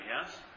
yes